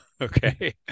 Okay